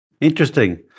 Interesting